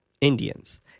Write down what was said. Indians